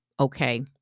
Okay